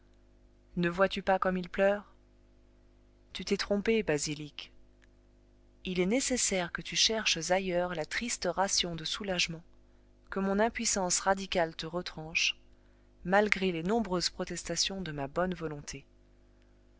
ne vois-tu pas comme il pleure tu t'es trompé basilic il est nécessaire que tu cherches ailleurs la triste ration de soulagement que mon impuissance radicale te retranche malgré les nombreuses protestations de ma bonne volonté